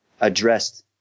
addressed